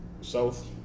South